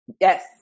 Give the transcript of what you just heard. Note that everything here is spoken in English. Yes